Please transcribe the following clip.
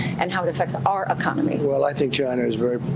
and how it affects our economy? well, i think china is very,